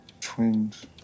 Twins